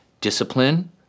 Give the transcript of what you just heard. Discipline